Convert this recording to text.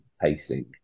pacing